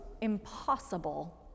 impossible